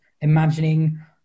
imagining